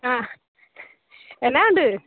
ആ എന്നാ ഉണ്ട്